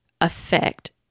affect